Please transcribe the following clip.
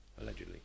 allegedly